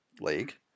league